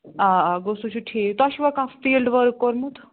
آ آ گوٚو سُہ چھُ ٹھیٖک تۄہہِ چھُوَ کانٛہہ فیٖلڈ ؤرک کوٚرمُت